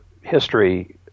history